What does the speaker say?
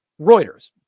Reuters